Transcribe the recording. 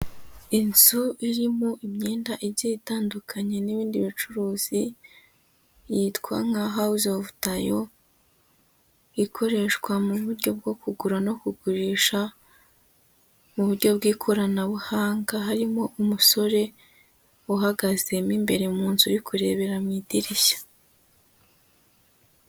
Inzu irimo imyenda igiye itandukanye, n'ubundi bucuruzi, yitwa nka House of Tayo, ikoreshwa mu buryo bwo kugura no kugurisha, mu buryo bw'ikoranabuhanga, harimo umusore, uhagazemo imbere mu nzu, uri kurebera mu idirishya.